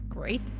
great